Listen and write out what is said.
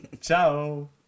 Ciao